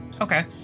Okay